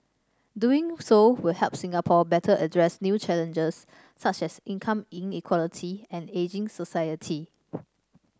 doing so will help Singapore better address new challenges such as income inequality and ageing society